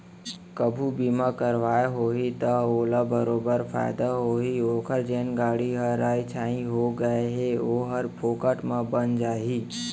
कभू बीमा करवाए होही त ओला बरोबर फायदा होही ओकर जेन गाड़ी ह राइ छाई हो गए हे ओहर फोकट म बन जाही